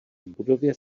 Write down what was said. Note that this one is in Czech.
budově